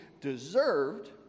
deserved